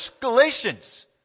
Galatians